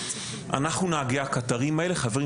אנחנו נהגי הקטרים האלה חברים,